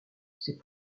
c’est